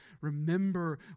Remember